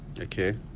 okay